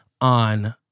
on